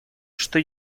что